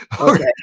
Okay